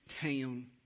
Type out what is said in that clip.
town